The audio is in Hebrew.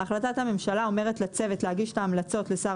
החלטת הממשלה אומרת לצוות להגיש את ההמלצות לשר